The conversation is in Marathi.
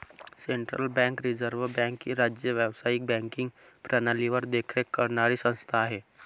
सेंट्रल बँक रिझर्व्ह बँक ही राज्य व्यावसायिक बँकिंग प्रणालीवर देखरेख करणारी संस्था आहे